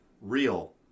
real